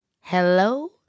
Hello